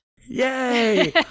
Yay